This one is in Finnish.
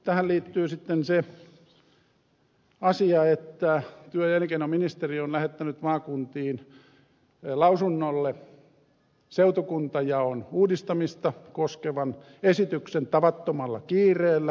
tähän liittyy sitten se asia että työ ja elinkeinoministeriö on lähettänyt maakuntiin lausunnolle seutukuntajaon uudistamista koskevan esityksen tavattomalla kiireellä